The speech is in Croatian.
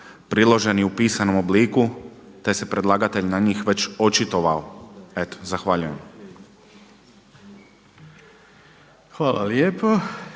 priloženi u pisanom obliku te se predlagatelj već na njih očitovao. Eto zahvaljujem. **Reiner,